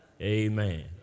Amen